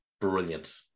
brilliant